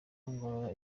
ngorora